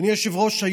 אדוני היושב-ראש,